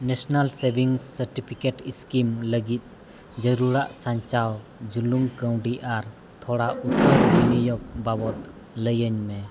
national savings certificate scheme ᱞᱟᱹᱜᱤᱫ ᱡᱟᱹᱨᱩᱲᱟᱜ ᱥᱟᱧᱪᱟᱣ ᱡᱩᱞᱩᱝ ᱠᱟᱹᱣᱰᱤ ᱟᱨ ᱛᱷᱚᱲᱟ ᱩᱛᱟᱹᱨ ᱵᱤᱱᱤᱭᱳᱜᱽ ᱵᱟᱵᱚᱛ ᱞᱟᱹᱭᱟᱹᱧ ᱢᱮ